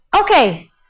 Okay